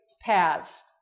paths